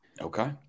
Okay